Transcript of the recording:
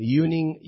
uniting